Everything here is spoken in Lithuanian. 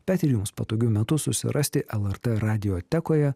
bet ir jums patogiu metu susirasti lrt radiotekoje